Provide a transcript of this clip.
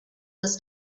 was